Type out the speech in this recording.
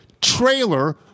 trailer